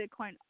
Bitcoin